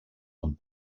amb